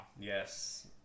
Yes